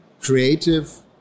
creative